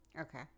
okay